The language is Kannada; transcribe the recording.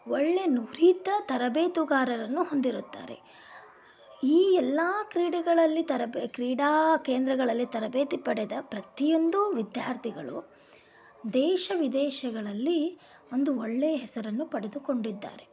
ಒಳ್ಳೆಯ ನುರಿತ ತರಬೇತುದಾರರನ್ನು ಹೊಂದಿರುತ್ತಾರೆ ಈ ಎಲ್ಲ ಕ್ರೀಡೆಗಳಲ್ಲಿ ತರಬೇ ಕ್ರೀಡಾ ಕೇಂದ್ರಗಳಲ್ಲಿ ತರಬೇತಿ ಪಡೆದ ಪ್ರತಿಯೊಂದು ವಿದ್ಯಾರ್ಥಿಗಳು ದೇಶ ವಿದೇಶಗಳಲ್ಲಿ ಒಂದು ಒಳ್ಳೆಯ ಹೆಸರನ್ನು ಪಡೆದುಕೊಂಡಿದ್ದಾರೆ